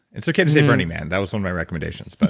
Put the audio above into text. it's okay to say burning man. that was one of my recommendations but